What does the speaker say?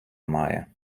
має